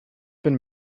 been